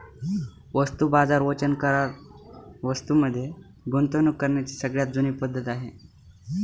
वस्तू बाजार वचन करार वस्तूं मध्ये गुंतवणूक करण्याची सगळ्यात जुनी पद्धत आहे